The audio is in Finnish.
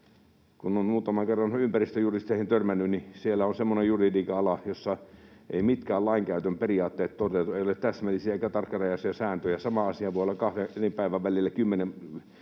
kun on muutaman kerran ympäristöjuristeihin törmännyt, niin siinä on semmoinen juridiikan ala, jossa eivät mitkään lainkäytön periaatteet toteudu. Ei ole täsmällisiä eikä tarkkarajaisia sääntöjä. Samassa asiassa voi olla kahden eri päivän välillä